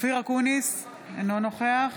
אופיר אקוניס, אינו נוכח